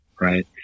right